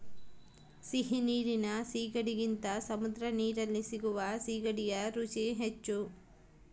ಸಿಹಿ ನೀರಿನ ಸೀಗಡಿಗಿಂತ ಸಮುದ್ರದ ನೀರಲ್ಲಿ ಸಿಗುವ ಸೀಗಡಿಯ ರುಚಿ ಹೆಚ್ಚು